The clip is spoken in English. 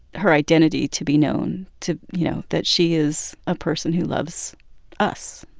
her identity to be known to you know, that she is a person who loves us,